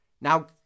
now